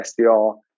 SDR